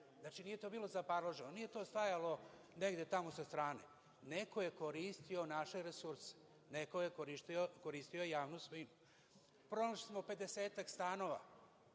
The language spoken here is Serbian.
Znači, nije to bilo zaparloženo, nije to stajalo negde tamo sa strane. Neko je koristio naše resurse. Neko je koristio javnu svojinu. Pronašli smo 50-ak stanova